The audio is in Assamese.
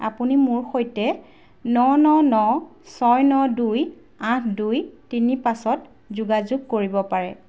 আপুনি মোৰ সৈতে ন ন ন ছয় ন দুই আঠ দুই তিনি পাঁচত যোগাযোগ কৰিব পাৰে